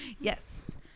Yes